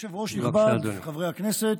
אמרתי.